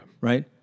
right